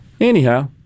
anyhow